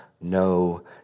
no